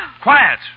Quiet